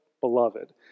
beloved